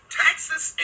taxes